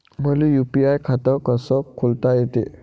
मले यू.पी.आय खातं कस खोलता येते?